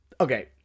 Okay